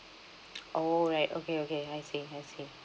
oh alright okay okay I see I see